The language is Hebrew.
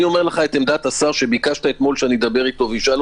אני אומר לך עמדת השר שביקשת אתמול שאשאל אותו.